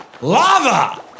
lava